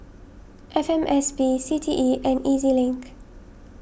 F M S P C T E and E Z Link